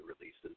releases